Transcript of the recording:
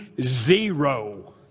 zero